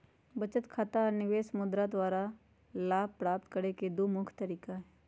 बचत आऽ निवेश मुद्रा द्वारा लाभ प्राप्त करेके दू मुख्य तरीका हई